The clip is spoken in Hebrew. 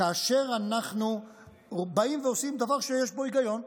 כאשר אנחנו עושים דבר שיש בו היגיון,